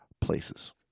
places